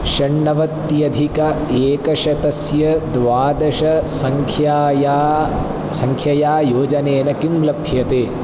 षण्णवत्यधिक एकशतस्य द्वादशसङ्ख्यया सङ्ख्यया योजनेन किं लभ्यते